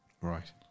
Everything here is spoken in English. Right